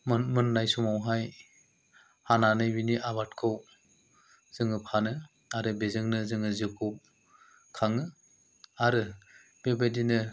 मोन मोन्नाय समावहाय हानानै बिनि आबादखौ जोङो फानो आरो बेजोंनो जोङो जिउखौ खाङो आरो बेबादिनो